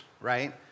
Right